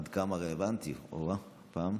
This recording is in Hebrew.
עד כמה רלוונטי הפעם.